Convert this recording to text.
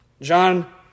John